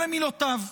אלה מילותיו.